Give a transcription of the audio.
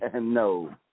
No